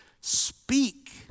speak